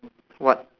what